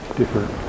different